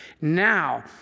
Now